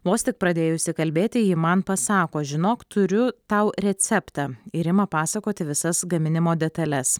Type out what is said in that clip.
vos tik pradėjusi kalbėti ji man pasako žinok turiu tau receptą ir ima pasakoti visas gaminimo detales